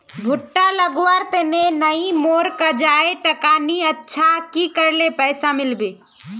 भुट्टा लगवार तने नई मोर काजाए टका नि अच्छा की करले पैसा मिलबे?